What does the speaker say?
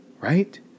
right